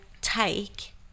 take